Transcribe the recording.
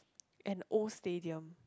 an old stadium